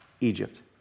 Egypt